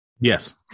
Yes